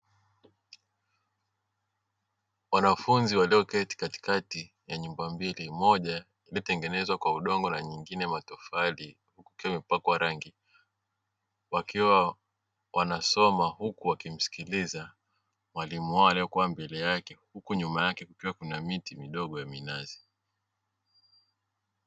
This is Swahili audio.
Wanafunzi walioketi katikati ya nyumba mbili moja ilitengenezwa kwa udongo na nyingine matofali, imepakwa rangi wakiwa wanasoma huku wakimsikiliza mwalimu wao aliyekuwa mbele yake, huku nyuma yake kukiwa kuna miti midogo ya minazi.